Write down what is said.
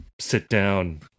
sit-down